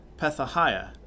Pethahiah